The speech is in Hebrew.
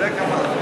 רבותי,